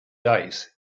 dice